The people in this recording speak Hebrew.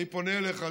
אני פונה אליך,